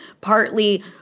partly